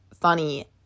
funny